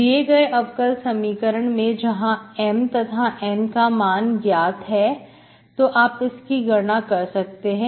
दिए गए अवकल समीकरण में जहां M तथा N का मान ज्ञात है तो आप इसकी गणना कर सकते हैं